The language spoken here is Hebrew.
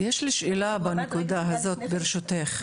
יש לי שאלה בנקודה הזאת ברשותך,